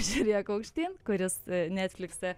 žiūrėk aukštyn kuris netflikse